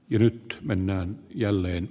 jo nyt mennään jälleen